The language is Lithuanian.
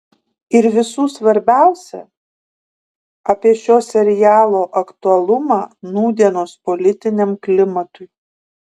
ir visų svarbiausia apie šio serialo aktualumą nūdienos politiniam klimatui